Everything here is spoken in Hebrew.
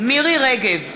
מירי רגב,